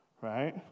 right